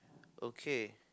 okay